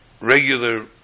regular